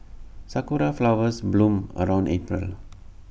Sakura Flowers bloom around April